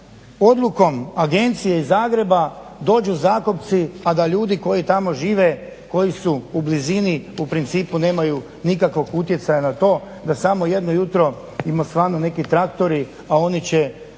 odlukom Agencije iz Zagreba dođu zakupci, a da ljudi koji tamo žive koji su u blizini u principu nemaju nikakvog utjecaja na to da samo jedno jutro im osvanu neki traktori, a oni će